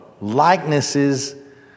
likenesses